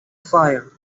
fire